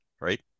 right